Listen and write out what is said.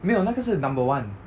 没有那个是 number one